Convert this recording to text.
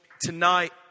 tonight